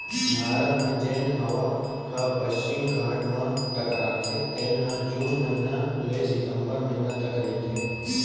भारत म जेन हवा ह पस्चिम घाट म टकराथे तेन ह जून महिना ले सितंबर महिना तक रहिथे